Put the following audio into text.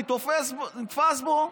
אני נתפס בו,